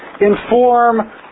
inform